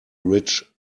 rich